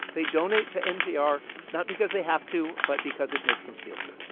they donate to npr not because they have to but because it makes them feel good.